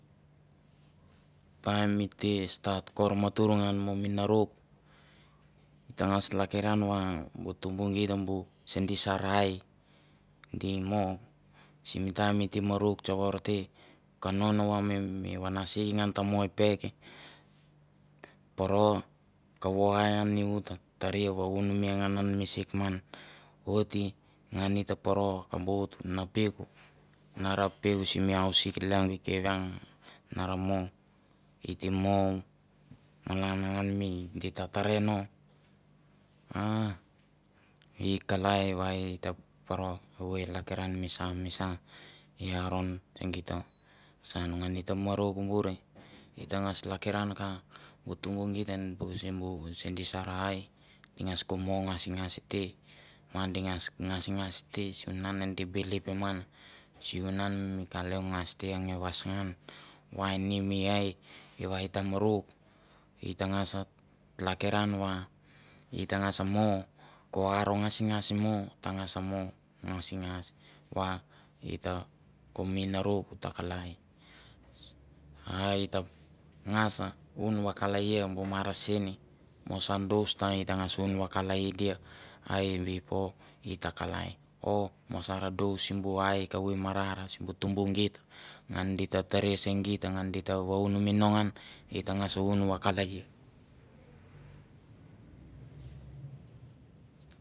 Taim i te stat kor matur ngan mo minarok, i ta ngas tlakiran va bu tumbu git bu se di sar aidi mo. Simi taimn i te morak tsokor te, konon va mi vanasik ngan ta mo i peka poro kova ai an i uta taria va unumia ngan an mi sikman oti ngan i ta paro ka bot na peuku na ra peuku simi busik leng i kavieng na ra mo. i te mu malan ngan mi ita tera na a i kala va i ta paro evoi lakiran mi sa misa i aron se git saun, ngan ita marok buer, ita ngas lakiran ka bu tumbu git an simbu se di sa ai di ngas ko mo ngasingas te ma di ngas ngas te sunan di bilipim ngan sivunan mi ka leong ngas tkakiran va ita ko minarok ta kalai. A ita ngas un vakalia ia bu marasini mo sa close ta aita ngas un vakalia dia a i before ita kalai o ma sar dose simbu ai kuvu i marnar simbu tumbu git an di ta tanie so git va di ta unami no ngan. ita ngas un vakalaia.